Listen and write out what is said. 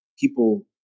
people